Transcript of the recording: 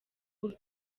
biro